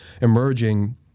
emerging